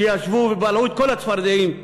שישבו ובלעו את כל הצפרדעים,